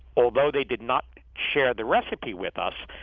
although they did not share the recipe with us,